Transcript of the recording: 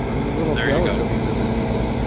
and i'm a little jealous of these other people.